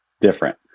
different